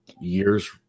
years